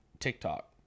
TikTok